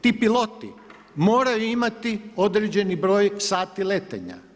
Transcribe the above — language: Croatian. Ti piloti moraju imati određeni broj sati letenja.